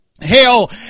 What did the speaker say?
hell